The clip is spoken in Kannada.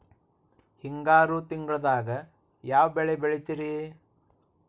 ಹಿಂಗಾರು ತಿಂಗಳದಾಗ ಯಾವ ಬೆಳೆ ಬೆಳಿತಿರಿ?